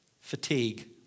Fatigue